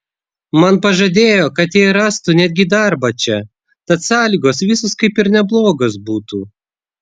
man pažadėjo kad jai rastų netgi darbą čia tad sąlygos visos kaip ir neblogos būtų